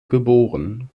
geboren